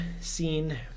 scene